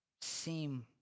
seem